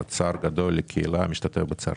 צער גדול לקהילה, משתתף בצערך.